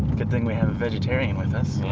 good thing we a have a vegetarian with us.